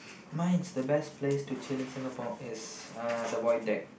mines the best place to chill in Singapore is uh the void deck